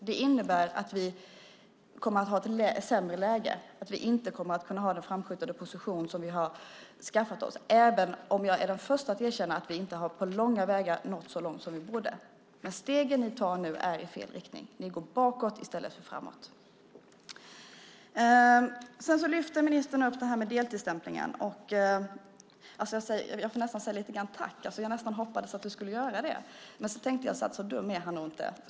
Det innebär att vi kommer att ha ett sämre läge och att vi inte kommer att kunna ha den framskjutna position som vi har skaffat oss. Men jag är den första att erkänna att vi inte på långa vägar har nått så långt som vi borde. Men de steg som ni nu tar går i fel riktning. Ni går bakåt i stället för framåt. Ministern lyfter fram frågan om deltidsstämplingen. Jag får nästan tacka ministern. Jag hoppades nästan att ministern skulle göra detta, men sedan tänkte jag: Så dum är han nog inte.